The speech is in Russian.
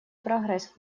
прогресс